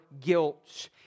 guilt